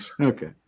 Okay